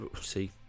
see